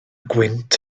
gwynt